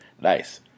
Nice